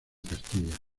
castilla